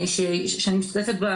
שאני משתתפת בה,